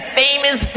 famous